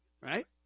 right